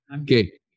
Okay